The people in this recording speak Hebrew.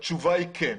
התשובה היא כן.